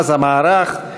אז המערך,